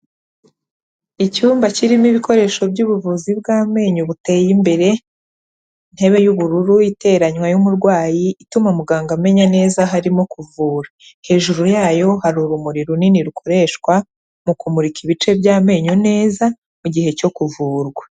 Icyumba kirimo ibikoresho by'ubuvuzi bw'amenyo buteye imbere, intebe y'ubururu iteranywe y'umurwayi ituma muganga amenya neza aho arimo kuvura, hejuru yayo hari urumuri runini rukoreshwa mu kumurika ibice by'amenyo neza mu gihe cyo kuvurwa.